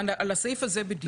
על הסעיף הזה בדיוק.